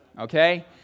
okay